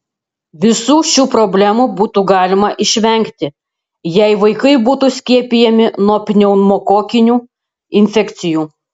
visų šių problemų būtų galima išvengti jei vaikai būtų skiepijami nuo pneumokokinių infekcijų